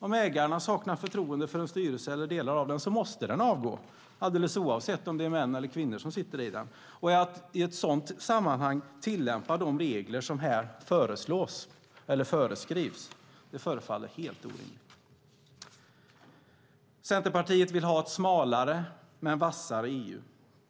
När ägarna saknar förtroende för en styrelse eller delar av den måste styrelsen avgå, alldeles oavsett om det är män eller kvinnor som sitter i den. Att i ett sådant sammanhang tillämpa de regler som här föreskrivs förefaller helt orimligt. Centerpartiet vill ha ett smalare men vassare EU.